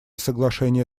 соглашения